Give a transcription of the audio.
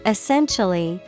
Essentially